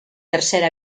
tercera